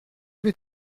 vais